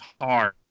hard